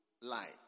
light